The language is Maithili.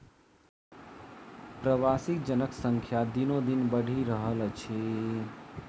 प्रवासी जनक संख्या दिनोदिन बढ़ि रहल अछि